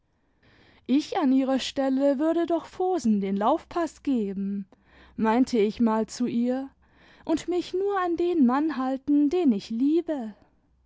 ich an ihrer stelle würde doch vohsen den laufpaß geben meinte ich mal zu ihr und mich nur an den mann halten den ich liebe